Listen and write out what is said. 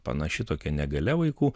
panaši tokia negalia vaikų